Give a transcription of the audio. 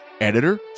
editor